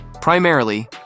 Primarily